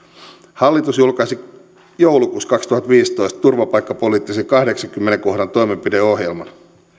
hallitus julkaisi joulukuussa kaksituhattaviisitoista turvapaikkapoliittisen kahdeksannenkymmenennen kohdan toimenpideohjelman